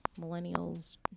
millennials